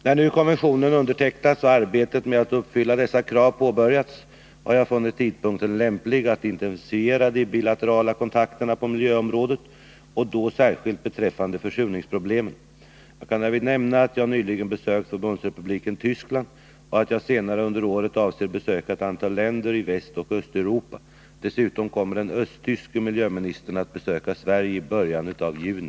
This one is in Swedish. När nu konventionen undertecknats och arbetet med att uppfylla dessa krav påbörjats har jag funnit tidpunkten lämplig att intensifiera de bilaterala kontakterna på miljöområdet, och då särskilt beträffande försurningsproblemen. Jag kan därvid nämna att jag nyligen besökt Förbundsrepubliken Tyskland och att jag senare under året avser besöka ett antal länder i Västoch Östeuropa. Dessutom kommer den östtyske miljöministern att besöka Sverige i början av juni.